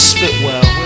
Spitwell